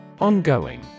Ongoing